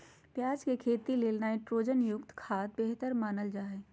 प्याज के खेती ले नाइट्रोजन युक्त खाद्य बेहतर मानल जा हय